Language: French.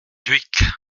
dhuicq